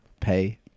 pay